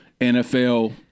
NFL